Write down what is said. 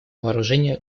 вооружения